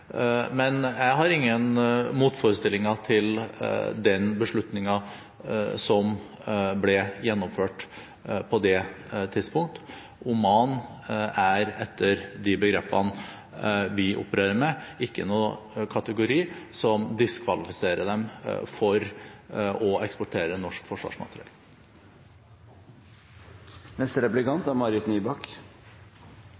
men kanskje jeg tar feil. Jeg har ingen motforestillinger mot den beslutningen som ble gjennomført på det tidspunkt. Oman er etter de begrepene vi opererer med, ikke i noen kategori som diskvalifiserer dem fra å eksportere norsk